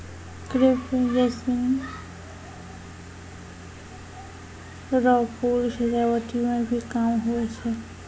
crepe jasmine रो फूल सजावटी मे भी काम हुवै छै